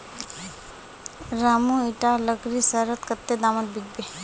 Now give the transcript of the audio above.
रामू इटा लकड़ी शहरत कत्ते दामोत बिकबे